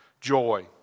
joy